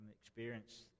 experience